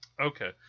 Okay